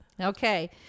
okay